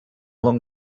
long